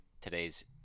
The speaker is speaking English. today's